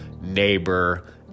neighbor